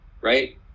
right